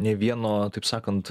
nei vieno taip sakant